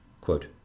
Quote